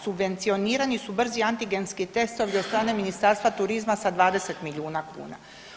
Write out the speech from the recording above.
Subvencionirani su brzi antigenski testovi od strane Ministarstva turizma sa 20 milijuna kuna.